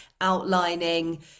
outlining